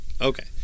Okay